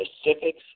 specifics